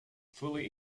fully